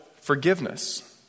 forgiveness